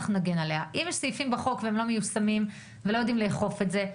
אם יש סעיפים בחוק והם לא מיושמים ולא יודעים לאכוף אותם,